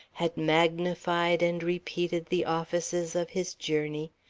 had magnified and repeated the offices of his journey,